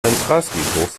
zentralfriedhof